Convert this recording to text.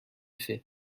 faits